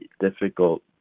difficult